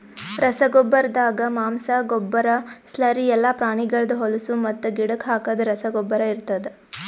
ರಸಗೊಬ್ಬರ್ದಾಗ ಮಾಂಸ, ಗೊಬ್ಬರ, ಸ್ಲರಿ ಎಲ್ಲಾ ಪ್ರಾಣಿಗಳ್ದ್ ಹೊಲುಸು ಮತ್ತು ಗಿಡಕ್ ಹಾಕದ್ ರಸಗೊಬ್ಬರ ಇರ್ತಾದ್